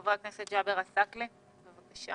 חבר הכנסת ג'אבר עסאקלה, בבקשה